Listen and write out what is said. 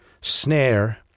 snare